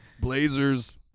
blazers